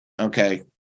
Okay